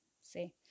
see